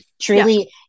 truly